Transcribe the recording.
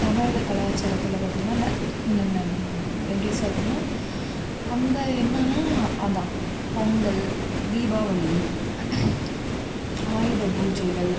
தமிழக கலாச்சாரத்தில் பார்த்திங்கன்னா எப்படி சொல்கிறதுன்னா அந்த என்னன்னா அதான் பொங்கல் தீபாவளி ஆயுதபூஜைகள்